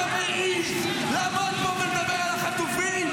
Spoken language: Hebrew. אתה מעז לעמוד פה ולדבר על החטופים?